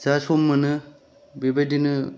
जा सम मोनो बेबायदिनो